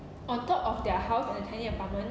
on top of their house on a tiny apartment